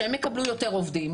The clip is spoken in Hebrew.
כך שהם יקבלו יותר עובדים.